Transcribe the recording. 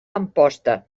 amposta